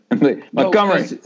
Montgomery